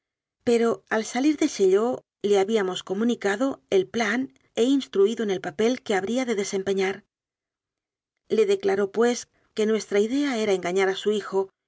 pero al salir de chaillot le habíamos co municado el plan e instruido en el papel que habría de desempeñar le declaró pues que nues tra idea era engañar a su hijo